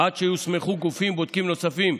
עד שיוסמכו גופים בודקים נוספים.